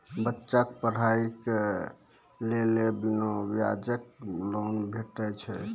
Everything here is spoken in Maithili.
बच्चाक पढ़ाईक लेल बिना ब्याजक लोन भेटै छै?